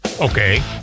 Okay